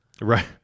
Right